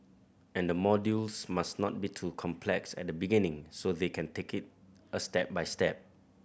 and the modules must not be too complex at the beginning so they can take it a step by step